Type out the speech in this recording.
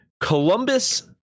Columbus